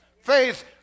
Faith